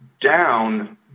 down